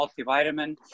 multivitamin